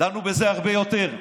דנו בזה הרבה יותר.